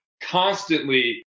constantly